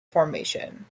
formation